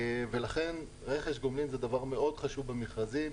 לכן רכש גומלין זה דבר מאוד חשוב במכרזים.